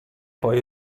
poi